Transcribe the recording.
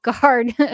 guard